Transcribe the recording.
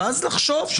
ואז לחשוב,